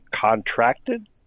contracted